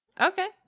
Okay